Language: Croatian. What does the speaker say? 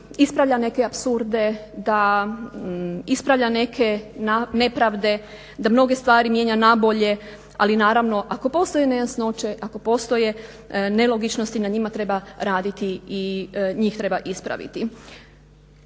ispravlja neke apsurde, da ispravlja neke nepravde, da mnoge stvari mijenja na bolje. Ali naravno ako postoje nejasnoće, ako postoje nelogičnosti na njima treba raditi i njih treba ispraviti.